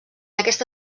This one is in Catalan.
aquesta